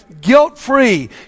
guilt-free